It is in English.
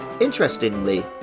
Interestingly